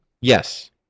Yes